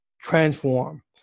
transform